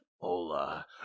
Hola